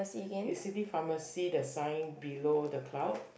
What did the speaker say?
is city pharmacy the sign below the cloud